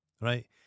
right